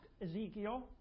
Ezekiel